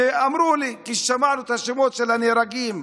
הם אמרו לי: כששמענו את השמות של הנהרגים,